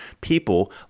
people